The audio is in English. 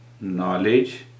knowledge